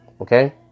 okay